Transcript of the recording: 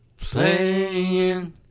Playing